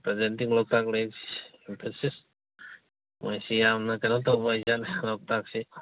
presenting ꯂꯣꯛꯇꯥꯛ ꯂꯦꯛ emphasis ꯃꯣꯏꯁꯤ ꯌꯥꯝꯅ ꯀꯩꯅꯣ ꯇꯧꯕ ꯂꯣꯛꯇꯥꯛꯁꯦ